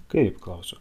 kaip klausiu